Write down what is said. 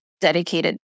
dedicated